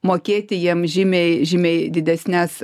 mokėti jiems žymiai žymiai didesnes